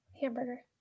Hamburger